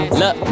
look